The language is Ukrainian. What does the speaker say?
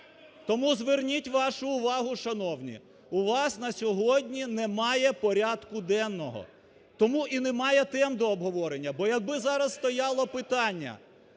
Тому зверніть вашу увагу, шановні, у вас на сьогодні немає порядку денного тому і немає тенду обговорення, бо якби зараз стояло питання